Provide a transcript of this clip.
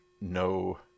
no